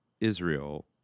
Israel